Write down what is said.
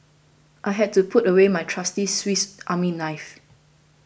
I had to put away my trusty Swiss Army knife